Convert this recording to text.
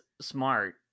smart